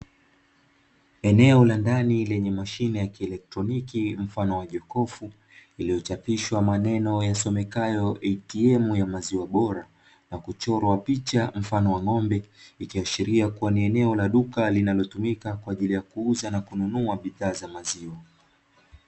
Eneo la ndani lenye mashine ya kielekroniki mfano wa jokofu lililochapishwa maneno yasomekayo ATM ya maziwa bora, na kuchorwa picha mfano wa ng’ombe ikiashiria kuwa ni eneo la duka linalotumika kwa ajili ya kuuza na kununua bidhaa za maziwa.